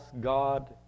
god